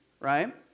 right